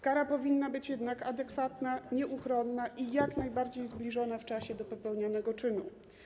Kara powinna być jednak adekwatna, nieuchronna i jak najbardziej zbliżona w czasie do popełnianego czynu.